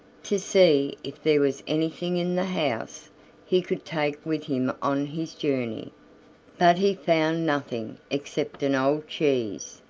to see if there was anything in the house he could take with him on his journey but he found nothing except an old cheese,